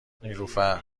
نیلوفرنه